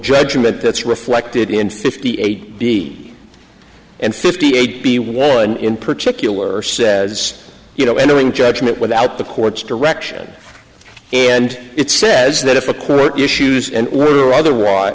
judgment that's reflected in fifty eight b and fifty eight b one in particular says you know entering judgment without the court's direction and it says that if a court issues and the other